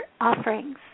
offerings